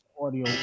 audio